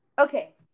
Okay